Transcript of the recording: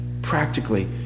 Practically